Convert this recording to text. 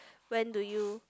when do you